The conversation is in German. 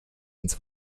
ins